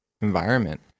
environment